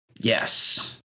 yes